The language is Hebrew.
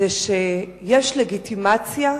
זה שיש לגיטימציה